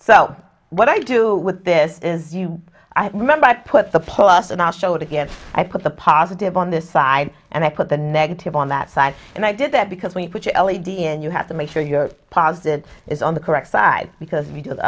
so what i do with this is you i remember i put the plus and i'll show it again i put the positive on this side and i put the negative on that side and i did that because when you put your l e d and you have to make sure you're positive is on the correct side because we do th